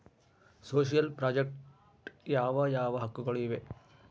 Social project ಯಾವ ಯಾವ ಹಕ್ಕುಗಳು ಇವೆ?